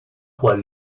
poils